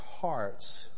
hearts